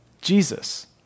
Jesus